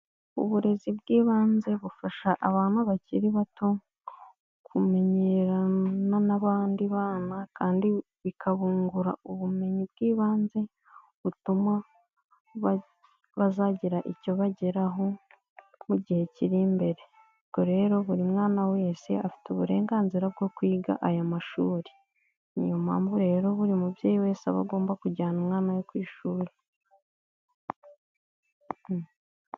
Uburezi bw'ibanze bufasha abantu bakiri bato kumenyerana n'abandi bana kandi bikabungura ubumenyi bw'ibanze, butuma bazagira icyo bageraho mu gihe kiri imbere. Ubwo rero buri mwana wese afite uburenganzira bwo kwiga aya mashuri. Niyo mpamvu rero buri mubyeyi wese aba agomba kujyana umwana we ku ishuri.